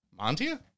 Montia